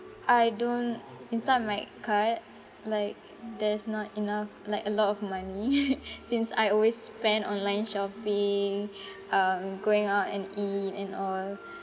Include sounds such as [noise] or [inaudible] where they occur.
I don't inside my card like there's not enough like a lot of money [laughs] since I always spend online shopping uh going out and eat and all